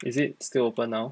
is it still open now